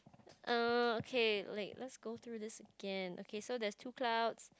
err okay wait let's go through this again okay so there's two clouds